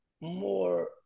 more